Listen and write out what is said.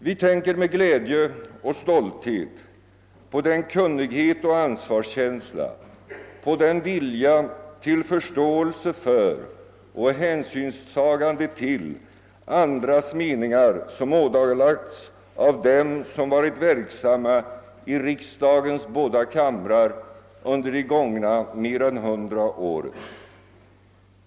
Vi tänker med glädje och stolthet på den kunnighet och ansvarskänsla, på den vilja till förståelse för och hänsynstagande till andras meningar, som ådagalagts av dem som varit verksamma i riksdagens båda kamrar under de gångna mer än hundra åren.